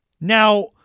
Now